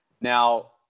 Now